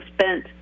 spent